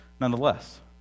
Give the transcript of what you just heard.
nonetheless